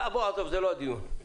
עזוב, זה לא הדיון.